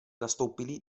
nastoupili